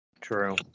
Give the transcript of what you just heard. True